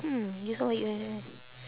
hmm